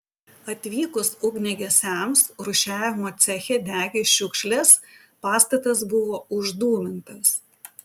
atvykus ugniagesiams rūšiavimo ceche degė šiukšlės pastatas buvo uždūmintas